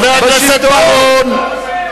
חבר הכנסת בר-און.